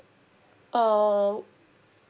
um